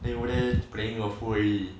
then go there playing a fool already